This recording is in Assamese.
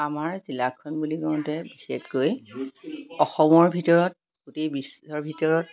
আমাৰ জিলাখন বুলি কওঁতে বিশেষকৈ অসমৰ ভিতৰত গোটেই বিশ্বৰ ভিতৰত